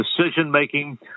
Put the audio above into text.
decision-making